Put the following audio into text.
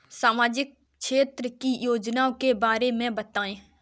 सामाजिक क्षेत्र की योजनाओं के बारे में बताएँ?